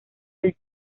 del